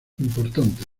importante